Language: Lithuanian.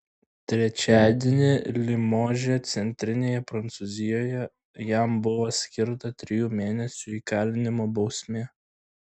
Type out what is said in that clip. trečiadienį limože centrinėje prancūzijoje jam buvo skirta trijų mėnesių įkalinimo bausmė